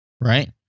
right